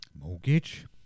Mortgage